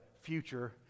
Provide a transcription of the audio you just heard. future